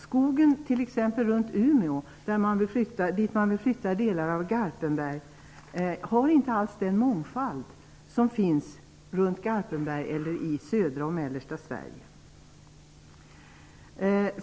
Skogen runt t.ex. Umeå, dit man vill flytta delar av Garpenberg, har inte alls den mångfald som finns runt Garpenberg eller i södra och mellersta Sverige.